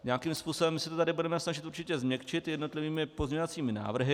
Nějakým způsobem se to tady budeme určitě snažit změkčit jednotlivými pozměňovacími návrhy.